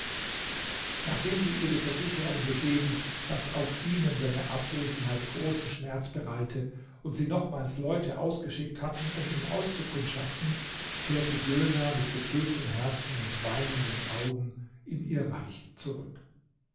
nachdem sie ihr die versicherung gegeben daß auch ihnen seine abwesenheit großen schmerz bereite und sie nochmals leute ausgeschickt hatten um ihn auszukundschaften kehrte gülnar mit betrübtem herzen und weinenden augen in ihr reich zurück